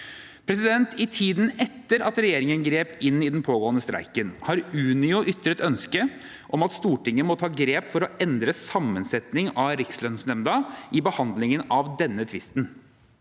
lovforslaget. I tiden etter at regjeringen grep inn i den pågående streiken, har Unio ytret ønske om at Stortinget må ta grep for å endre sammensettingen av Rikslønnsnemnda i behandlingen av denne tvisten.